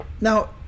Now